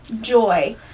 joy